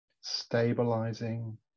stabilizing